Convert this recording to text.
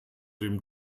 dem